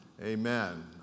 Amen